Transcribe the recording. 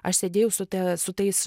aš sėdėjau su ta su tais